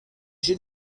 کشی